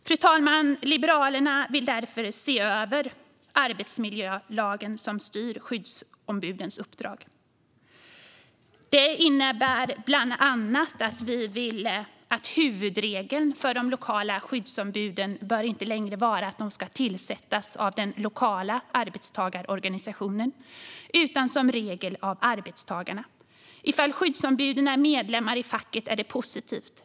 Fru talman! Liberalerna vill därför se över arbetsmiljölagen som styr skyddsombudens uppdrag. Det innebär bland annat att vi vill att huvudregeln för de lokala skyddsombuden inte längre bör vara att de ska tillsättas av den lokala arbetstagarorganisationen utan som regel av arbetstagarna. Ifall skyddsombuden är medlemmar i facket är det positivt.